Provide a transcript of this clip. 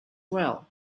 well